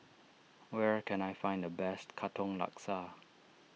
where can I find the best Katong Laksa